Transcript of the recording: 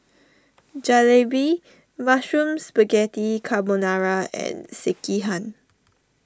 Jalebi Mushroom Spaghetti Carbonara and Sekihan